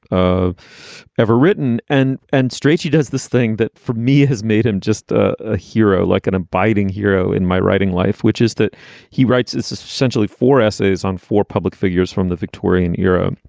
ever written. and and strait's he does this thing that for me has made him just a hero, like an abiding hero in my writing life, which is that he writes is essentially for essays on four public figures from the victorian era.